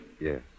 Yes